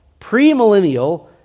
premillennial